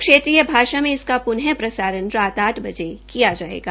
क्षेत्रीय भाषा में इसका प्न प्रसारण रात आठ बजे किया जायेगा